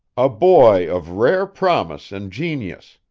a boy of rare promise and genius.